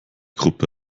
gruppe